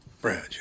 Brad